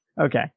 Okay